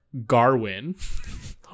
Garwin